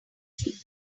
through